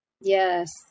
Yes